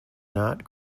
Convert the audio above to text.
not